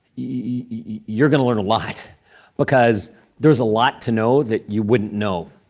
you're going to learn a lot because there's a lot to know that you wouldn't know.